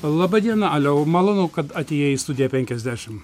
laba diena aliau malonu kad atėjai į studiją penkiasdešim